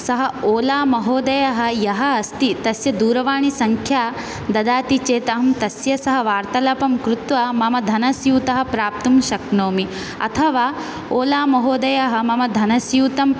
सः ओलामहोदयः यः अस्ति तस्य दूरवाणीसङ्ख्यां ददाति चेत् अहं तस्य सह वार्तालापं कृत्वा मम धनस्यूतं प्राप्तुं शक्नोमि अथवा ओलामहोदयः मम धनस्यूतं